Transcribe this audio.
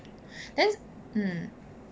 then mm